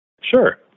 Sure